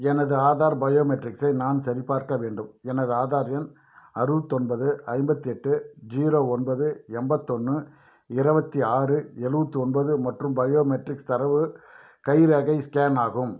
எனது ஆதார் பயோமெட்ரிக்ஸை நான் சரிபார்க்க வேண்டும் எனது ஆதார் எண் அறுபத்து ஒன்பது ஐம்பத்தி எட்டு ஜீரோ ஒன்பது எண்பத்து ஒன்று இருபத்தி ஆறு எழுவத்து ஒன்பது மற்றும் பயோமெட்ரிக்ஸ் தரவு கைரேகை ஸ்கேன் ஆகும்